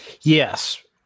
yes